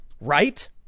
Right